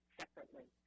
separately